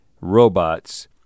robots